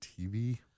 TV